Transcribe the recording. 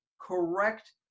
correct